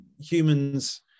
humans